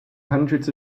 hundreds